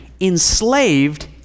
enslaved